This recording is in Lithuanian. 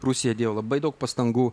rusija dėjo labai daug pastangų